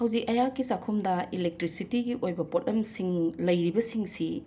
ꯍꯧꯖꯤꯛ ꯑꯩꯍꯥꯛꯀꯤ ꯆꯥꯛꯈꯨꯝꯗ ꯏꯂꯦꯛꯇ꯭ꯔꯤꯁꯤꯇꯤꯒꯤ ꯑꯣꯏꯕ ꯄꯣꯠꯂꯝꯁꯤꯡ ꯂꯩꯔꯤꯕꯁꯤꯡ ꯑꯁꯤ